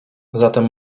zatem